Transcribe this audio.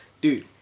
dude